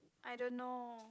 I don't know